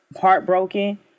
heartbroken